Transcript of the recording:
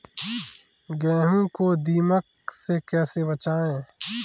गेहूँ को दीमक से कैसे बचाएँ?